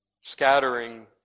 Scattering